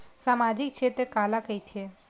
सामजिक क्षेत्र काला कइथे?